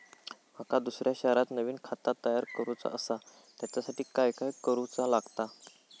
माका दुसऱ्या शहरात नवीन खाता तयार करूचा असा त्याच्यासाठी काय काय करू चा लागात?